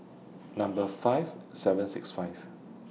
Number five seven six five